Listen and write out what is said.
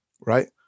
right